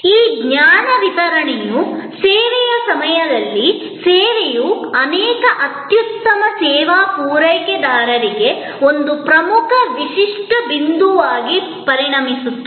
ಈ ಜ್ಞಾನ ವಿತರಣೆಯು ಸೇವೆಯ ಸಮಯದಲ್ಲಿ ಸೇವೆಯು ಅನೇಕ ಅತ್ಯುತ್ತಮ ಸೇವಾ ಪೂರೈಕೆದಾರರಿಗೆ ಒಂದು ಪ್ರಮುಖ ವಿಶಿಷ್ಟ ಬಿಂದುವಾಗಿ ಪರಿಣಮಿಸುತ್ತದೆ